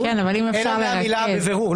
אלא מהמילה "בבירור".